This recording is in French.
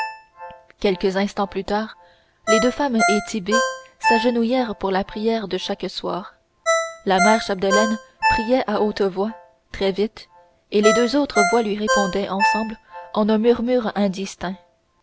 quelques instants plus tard les deux femmes et tit'bé s'agenouillèrent pour la prière de chaque soir la mère chapdelaine priait à haute voix très vite et les deux autres voix lui répondaient ensemble en un murmure indistinct